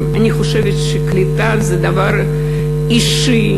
אני חשבתי שקליטה זה דבר אישי,